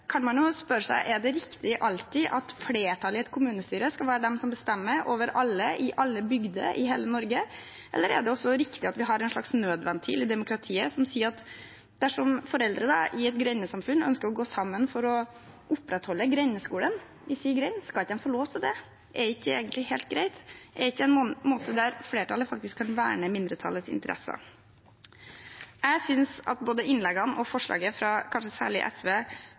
kan man jo spørre seg om det alltid er riktig at flertallet i et kommunestyre skal være de som bestemmer – over alle, i alle bygder, i hele Norge. Eller er det også riktig at vi har en slags nødventil i demokratiet som sier at dersom foreldre i et grendesamfunn ønsker å gå sammen for å opprettholde grendeskolen i sin grend, så skal de få lov til det? Er ikke det egentlig helt greit? Er ikke det en måte som flertallet faktisk kan verne mindretallets interesser på? Jeg synes at både innleggene og – kanskje særlig – forslaget fra SV